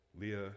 Leah